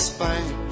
Spain